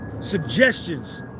Suggestions